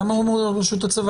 למה הוא אמור להיות ברשות הצבא,